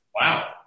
Wow